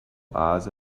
oase